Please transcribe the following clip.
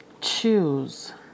choose